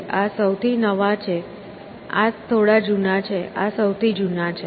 આ સૌથી નવા છે આ થોડા જુના છે આ સૌથી જુના છે